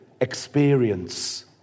experience